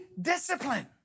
discipline